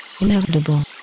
inevitable